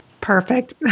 Perfect